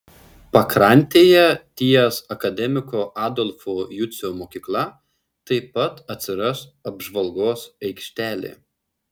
pakrantėje ties akademiko adolfo jucio mokykla taip pat atsiras apžvalgos aikštelė